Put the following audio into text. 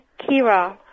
Kira